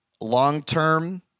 long-term